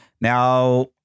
Now